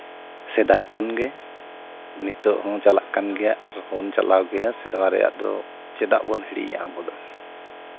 ᱥᱮᱫᱟᱭ ᱠᱷᱚᱱᱜᱮ ᱱᱤᱛᱚᱜ ᱦᱚᱸ ᱪᱟᱞᱟᱜ ᱠᱟᱱ ᱜᱮᱭᱟ ᱟᱨᱦᱚᱸ ᱵᱚᱱ ᱪᱟᱞᱟᱣ ᱜᱮᱭᱟ ᱥᱮᱨᱣᱟ ᱨᱮᱭᱟᱜ ᱫᱚ ᱪᱮᱫᱟᱜ ᱵᱚᱱ ᱦᱤᱲᱤᱧᱟ ᱟᱵᱚ ᱫᱚ